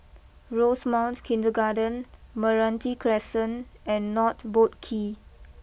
Rosemount Kindergarten Meranti Crescent and North Boat Quay